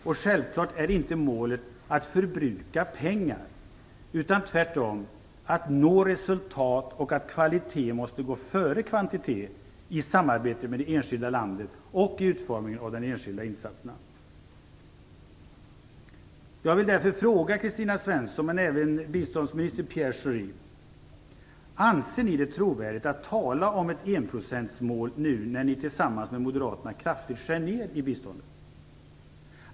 Och självklart är inte målet att förbruka pengar, utan tvärtom att nå resultat. Kvalitet måste gå före kvantitet i samarbetet med det enskilda landet och i utformningen av den enskilda insatsen. Jag vill därför fråga Kristina Svensson, men även biståndsminister Pierre Schori: Anser ni det trovärdigt att tala om ett enprocentsmål nu när ni tillsammans med moderaterna kraftigt skär ner biståndet?